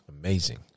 amazing